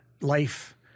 life